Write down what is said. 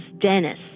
Dennis